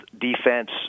defense